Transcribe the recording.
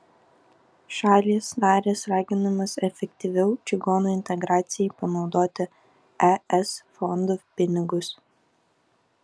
šalys narės raginamos efektyviau čigonų integracijai panaudoti es fondų pinigus